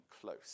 close